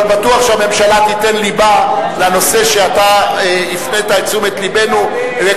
אבל בטוח שהממשלה תיתן לבה לנושא שאתה הפנית את תשומת לבנו אליו,